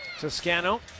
Toscano